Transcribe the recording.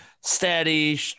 steady